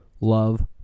Love